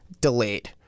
Delayed